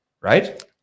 right